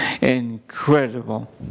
Incredible